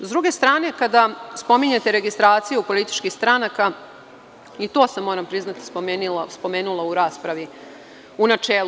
Sa druge strane, kada spominjete registraciju političkih stranaka i to sam, moram priznati, spomenula u raspravi, u načelu.